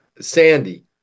Sandy